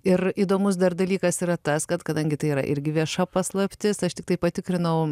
ir įdomus dar dalykas yra tas kad kadangi tai yra irgi vieša paslaptis aš tiktai patikrinau